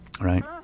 Right